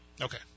Okay